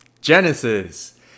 Genesis